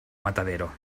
matadero